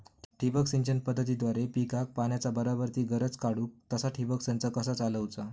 ठिबक सिंचन पद्धतीद्वारे पिकाक पाण्याचा बराबर ती गरज काडूक तसा ठिबक संच कसा चालवुचा?